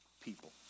people